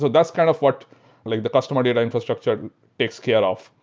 so that's kind of what like the customer data infrastructure takes care of.